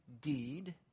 deed